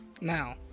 Now